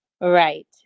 Right